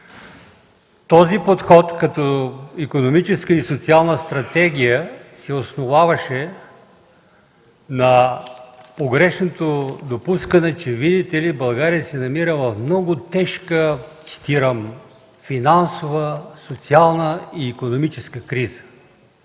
Този подход като икономически и социална стратегия се основаваше на погрешното допускане, че видите ли, България се намира в много тежка – цитирам: „финансова, социална и икономическа криза”.